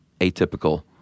atypical